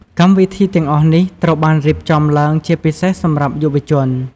កម្មវិធីទាំងអស់នេះត្រូវបានរៀបចំឡើងជាពិសេសសម្រាប់យុវជន។